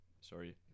Sorry